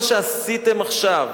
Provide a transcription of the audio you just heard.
מה שעשיתם עכשיו,